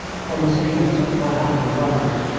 for massena took my hand and wrung it.